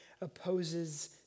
opposes